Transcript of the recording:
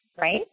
right